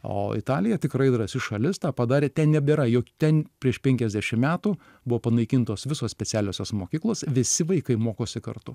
o italija tikrai drąsi šalis tą padarė ten nebėra juk ten prieš penkiasdešim metų buvo panaikintos visos specialiosios mokyklos visi vaikai mokosi kartu